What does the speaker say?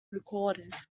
recorded